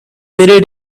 very